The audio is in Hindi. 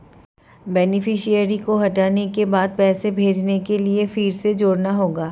बेनीफिसियरी को हटाने के बाद पैसे भेजने के लिए फिर से जोड़ना होगा